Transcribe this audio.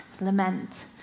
lament